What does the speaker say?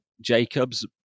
Jacobs